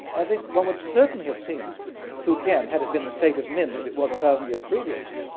i think one would certainly have seen fujian, had it been the state of min, as it was a thousand years previously,